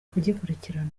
kugikurikirana